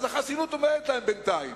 אז החסינות עומדת להם בינתיים,